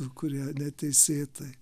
kurie neteisėtai